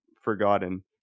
forgotten